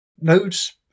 Nodes